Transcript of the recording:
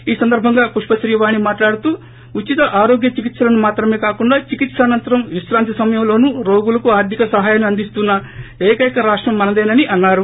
ఈ సందర్బంగా పుష్ప శ్రీవాణి మాట్లాడుతూ ఉచిత ఆరోగ్య చికిత్సలను మాత్రమే కాకుండా చికిత్సానంతరం విశ్రాంతి సమయంలోనూ రోగులకు ఆర్థిక సహాయాన్ని అందిస్తున్న ఏకైక రాష్టం మనదేనని అన్నారు